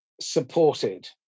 supported